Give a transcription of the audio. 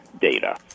data